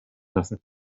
lassen